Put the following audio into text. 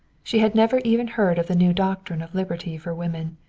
she had never even heard of the new doctrine of liberty for women.